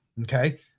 okay